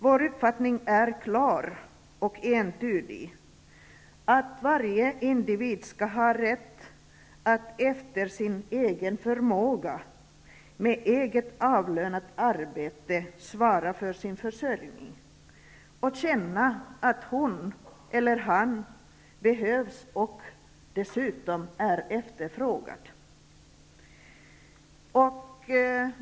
Vår uppfattning är klar och entydig: Varje individ skall ha rätt att efter sin egen förmåga med eget, avlönat arbete svara för sin försörjning och känna att hon eller han behövs och dessutom är efterfrågad.